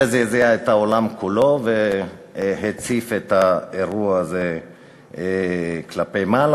זה זעזע את העולם כולו והציף את האירוע הזה כלפי מעלה.